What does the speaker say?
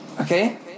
Okay